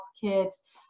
kids